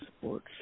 sports